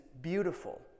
beautiful